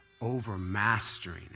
overmastering